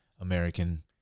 American